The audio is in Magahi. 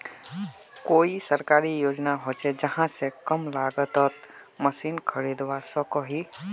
कोई सरकारी योजना होचे जहा से कम लागत तोत मशीन खरीदवार सकोहो ही?